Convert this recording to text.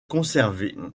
conserver